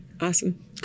awesome